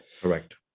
Correct